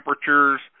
temperatures